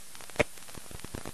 רק בידיך, אתה